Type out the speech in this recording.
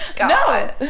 No